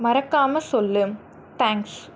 மறக்காமல் சொல் தேங்க்ஸ்